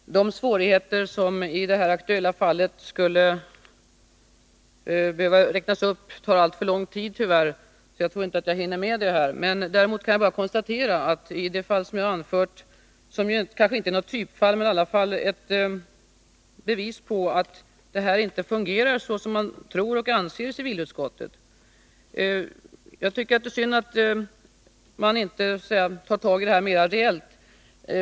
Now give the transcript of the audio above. Herr talman! De svårigheter som i det här aktuella fallet skulle behöva räknas upp tar alltför lång tid för att jag skall hinna med det. Däremot kan jag konstatera att det fall jag anfört kanske inte är något typfall men i alla fall är ett bevis på att detta inte fungerar som man tror och anser i civilutskottet. Jag tycker att det är synd att man inte tar tag i det här mera reellt.